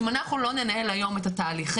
שאם אנחנו לא ננהל היום את התהליכים,